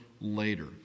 later